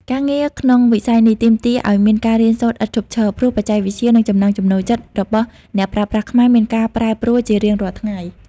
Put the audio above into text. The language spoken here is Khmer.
ការងារក្នុងវិស័យនេះទាមទារឱ្យមានការរៀនសូត្រឥតឈប់ឈរ ព្រោះបច្ចេកវិទ្យា និងចំណង់ចំណូលចិត្តរបស់អ្នកប្រើប្រាស់ខ្មែរមានការប្រែប្រួលជារៀងរាល់ថ្ងៃ។